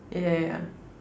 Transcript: ya ya ya